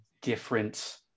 different